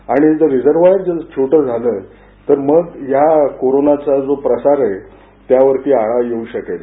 हे रीजर्वायर जर छोटं झालं तर हा कोरोनाचा जो प्रसार आहे त्यावरती आळा येऊ शकेल